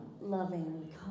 loving